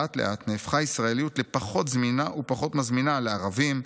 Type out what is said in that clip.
לאט-לאט נהפכה ישראליות לפחות זמינה ופחות מזמינה לערבים,